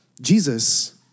Jesus